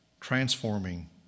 transforming